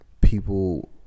people